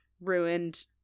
ruined